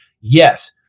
yes